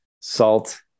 salt